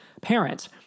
parents